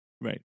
Right